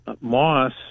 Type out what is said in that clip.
Moss